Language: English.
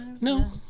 no